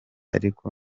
ariko